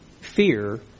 fear